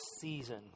season